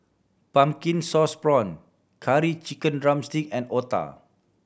pumpkin sauce prawn Curry Chicken drumstick and otah